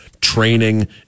training